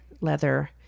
leather